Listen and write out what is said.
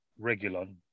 regulon